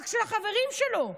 רק של החברים שלו.